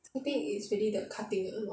so I think is really the cutting already lor